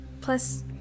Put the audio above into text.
plus